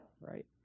right